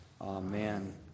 amen